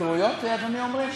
כרויות, אדוני, אומרים?